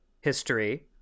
history